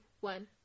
one